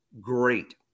great